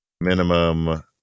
minimum